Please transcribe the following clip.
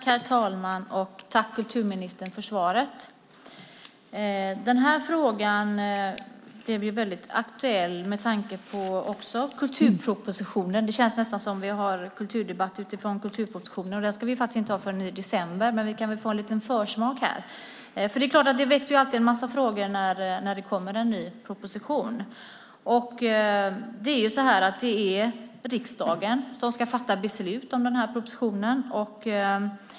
Herr talman! Jag tackar kulturministern för svaret. Denna fråga blev också aktuell i och med kulturpropositionen. Det känns nästan som om vi har kulturdebatt utifrån kulturpropositionen, men den ska vi inte ha förrän i december. Dock kan vi få en försmak här. Det väcks alltid en massa frågor när det kommer en ny proposition. Det är riksdagen som ska fatta beslut om propositionen.